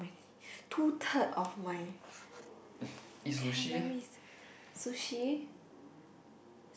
two third of my calories sushi